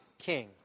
king